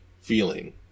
feeling